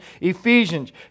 Ephesians